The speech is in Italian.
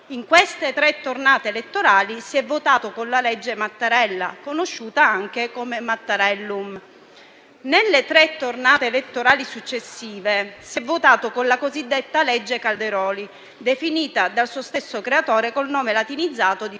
In queste tre tornate elettorali si è votato con la legge Mattarella, conosciuta anche come Mattarellum. Nelle tre tornate elettorali successive si è votato con la cosiddetta legge Calderoli, definita dal suo stesso creatore con il nome latinizzato di